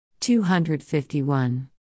251